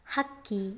ಹಕ್ಕಿ